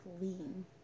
lean